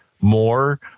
more